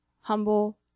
humble